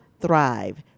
Thrive